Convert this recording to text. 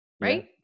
Right